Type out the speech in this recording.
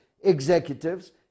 executives